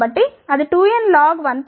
కాబట్టి అది 2n log 1